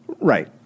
Right